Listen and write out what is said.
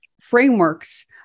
frameworks